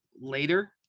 later